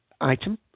item